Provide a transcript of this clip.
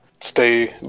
stay